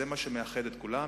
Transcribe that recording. זה מה שמאחד את כולן.